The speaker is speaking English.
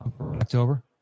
October